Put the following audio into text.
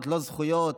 לא זכויות,